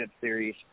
Series